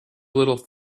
little